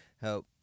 help